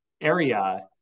area